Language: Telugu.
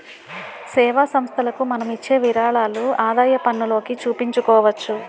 సేవా సంస్థలకు మనం ఇచ్చే విరాళాలు ఆదాయపన్నులోకి చూపించుకోవచ్చు